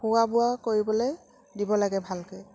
খোৱা বোৱা কৰিবলে দিব লাগে ভালকে